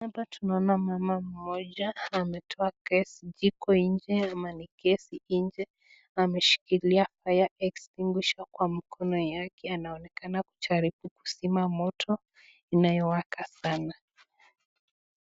Hapa tunaona mama mmoja, ametoa gesi jiko nje ama ni gesi nje, ameshikilia fire extinguisher kwa mkono yake anaonekana kujaribu kuzima moto inayowaka sana.